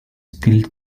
still